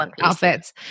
outfits